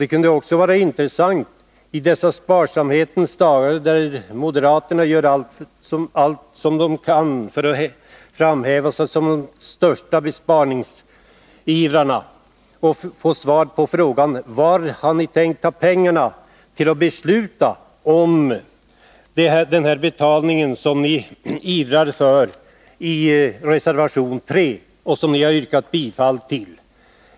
Det kan också vara intressant i dessa sparsamhetens dagar, då moderaterna gör allt vad de kan för att framställa sig som de största besparingsivrarna, att få svar på frågan varifrån ni har tänkt ta pengarna till den ersättning som ni ivrar för i reservation 3 och som ni har yrkat bifall till.